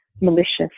malicious